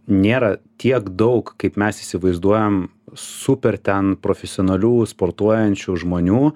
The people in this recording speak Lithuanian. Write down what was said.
nėra tiek daug kaip mes įsivaizduojam super ten profesionalių sportuojančių žmonių